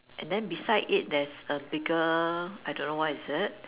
and then beside it there's a bigger I don't know what is it